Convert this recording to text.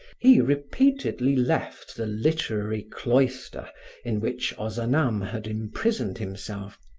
he repeatedly left the literary cloister in which ozanam had imprisoned himself,